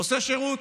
עושה שירות.